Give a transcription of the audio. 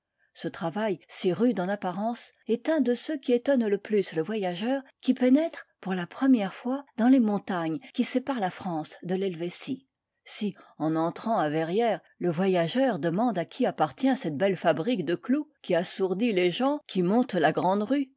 ce travail si rude en apparence est un de ceux qui étonnent le plus le voyageur qui pénètre pour la première fois dans les montagnes qui séparent la france de l'helvétie si en entrant à verrières le voyageur demande à qui appartient cette belle fabrique de clous qui assourdit les gens qui montent la grande rue